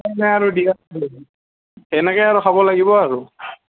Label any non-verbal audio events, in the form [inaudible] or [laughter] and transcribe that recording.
[unintelligible] তেনেকৈ আৰু খাব লাগিব আৰু